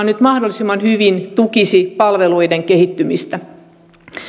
nyt mahdollisimman hyvin tukisi palveluiden kehittymistä